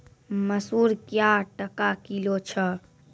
मसूर क्या टका किलो छ?